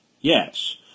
Yes